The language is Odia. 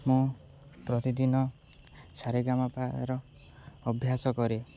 ମୁଁ ପ୍ରତିଦିନ ସାରେଗାମାପାର ଅଭ୍ୟାସ କରେ